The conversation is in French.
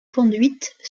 conduite